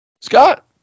Scott